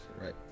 Right